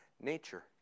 nature